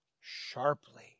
sharply